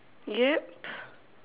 yup